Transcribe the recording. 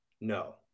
No